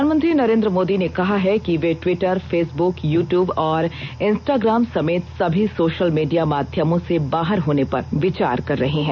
प्रधानमंत्री नरेन्द्र मोदी ने कहा है कि वे ट्विटर फेसबुक यू ट्यूब और इंस्टाग्राम समेत सभी सोशल मीडिया माध्यमों से बाहर होने पर विचार कर रहे हैं